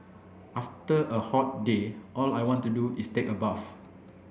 after a hot day all I want to do is take a bath